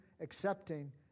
accepting